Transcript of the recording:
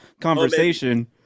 conversation